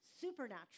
supernatural